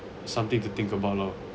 something to think about lor